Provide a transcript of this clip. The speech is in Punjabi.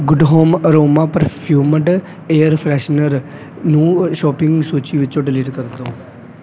good Home aroma perfumed air freshener ਨੂੰ ਸ਼ੋਪਿੰਗ ਸੂਚੀ ਵਿੱਚੋਂ ਡਿਲੀਟ ਕਰ ਦਿਉ